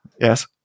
Yes